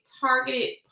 targeted